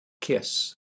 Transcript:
kiss